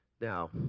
Now